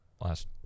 last